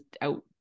out